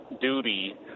duty